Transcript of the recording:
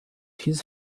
his